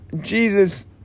Jesus